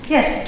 Yes